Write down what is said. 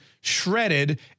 shredded